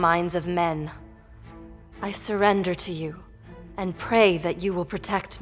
minds of men i surrender to you and pray that you will protect